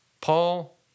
Paul